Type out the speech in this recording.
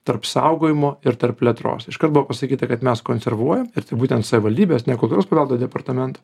tarp saugojimo ir tarp plėtros iškart buvo pasakyta kad mes konservuojam ir tik būten savivaldybės kultūros paveldo departamento